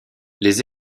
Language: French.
les